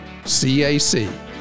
CAC